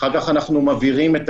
אחר כך אנחנו מבהירים את